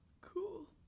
Cool